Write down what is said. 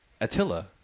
Attila